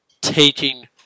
taking